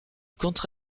contre